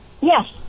Yes